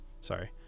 Sorry